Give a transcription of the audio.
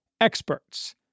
experts